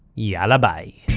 yalla bye